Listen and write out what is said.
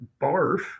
barf